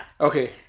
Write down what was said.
Okay